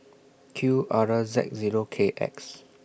Q R Z Zero K X